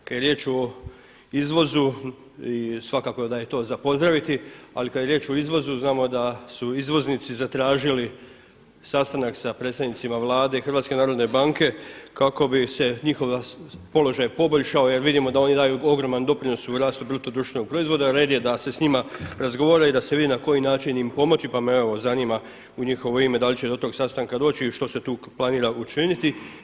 Kada je riječ o izvozu svakako da je to za pozdraviti, ali kada je riječ o izvozu znamo da su izvoznici zatražili sastanak sa predstavnicima Vlade, HNB kako bi se njihov položaj poboljšao jer vidimo da oni daju ogroman doprinos u rastu BDP-a. red je da se s njima razgovara i da se vidi na koji način im pomoći, pa me evo zanima u njihovo ime da li će do tog sastanka doći i što se tu planira učiniti?